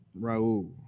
Raul